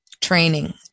training